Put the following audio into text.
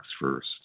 first